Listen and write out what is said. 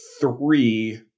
three